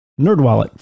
NerdWallet